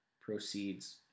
proceeds